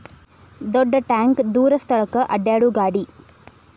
ದೊಡ್ಡ ಟ್ಯಾಂಕ ದೂರ ಸ್ಥಳಕ್ಕ ಅಡ್ಯಾಡು ಗಾಡಿ